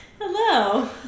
Hello